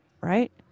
right